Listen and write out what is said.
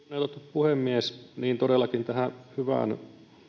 puhemies niin todellakin tähän hyvään